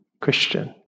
Christian